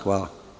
Hvala.